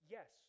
Yes